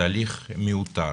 זה הליך מיותר,